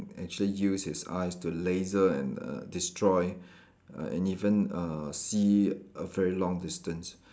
actually use his eyes to laser and err destroy err and even uh see a very long distance